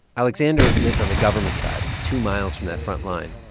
alexander lives on the government side, two miles from that front line.